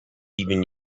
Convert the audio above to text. even